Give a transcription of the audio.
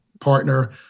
partner